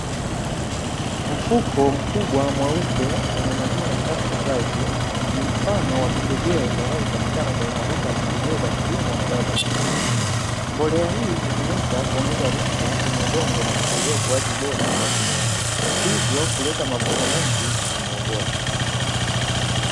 Mfuko mkubwa mweupe wenye majina safizalvi" ni mfano wa pembejeo zinazopatikana kwenye "maduka ya pembejeo za kilimo na dawa za mifugo. Mbolea hii hutumika kuongeza rutuba kwenye udongi na kusaidia ukuaji bora wa mimea, hivyo kuleta mavuno mengi na yenye ubora.